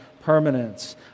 permanence